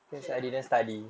K lah